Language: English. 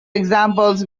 examples